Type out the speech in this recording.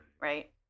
Right